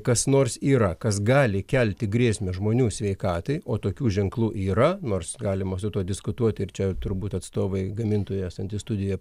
kas nors yra kas gali kelti grėsmę žmonių sveikatai o tokių ženklų yra nors galima su tuo diskutuoti ir čia turbūt atstovai gamintojų esanti studija